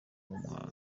mahanga